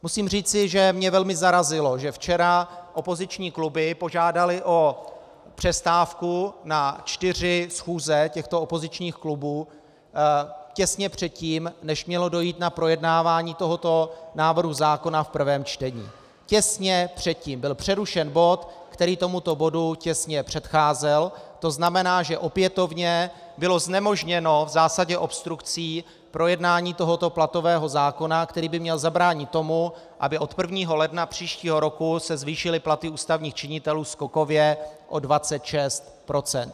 Musím říci, že mě velmi zarazilo, že včera opoziční kluby požádaly o přestávku na čtyři schůze těchto opozičních klubů těsně předtím, než mělo dojít na projednávání tohoto návrhu zákona v prvém čtení, těsně předtím byl přerušen bod, který tomuto bodu těsně předcházel, to znamená, že opětovně bylo v zásadě obstrukcí znemožněno projednání tohoto platového zákona, který by měl zabránit tomu, aby se od 1. ledna příštího roku zvýšily platy ústavních činitelů skokově o 26 %.